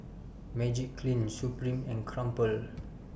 Magiclean Supreme and Crumpler